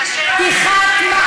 לגבי עזה,